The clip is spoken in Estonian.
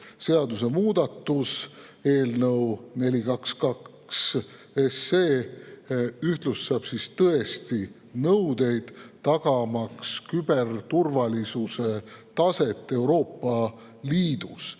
seadusemuudatus, eelnõu 422, ühtlustab tõesti nõudeid, tagamaks küberturvalisuse taseme Euroopa Liidus.